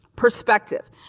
Perspective